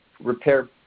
repair